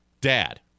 dad